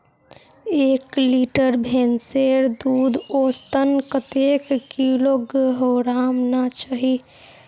एक लीटर भैंसेर दूध औसतन कतेक किलोग्होराम ना चही?